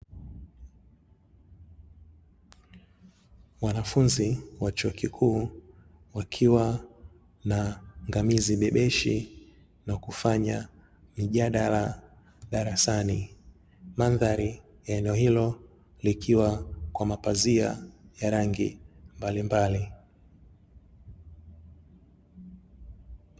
Wanafunzi wa chuo kikuu wakiwa na ngamizi bebeshi na kufanya mijadala darasani, mandhari ya eneo hilo likiwa kwa mapazia ya rangi mbalimbali.